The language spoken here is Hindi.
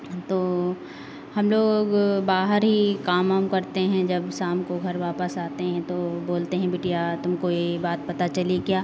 तो हम लोग बाहर ही काम वाम करते हैं जब साम को घर वापस आते हैं तो बोलते हैं बिटिया तुमको ये बात पता चली क्या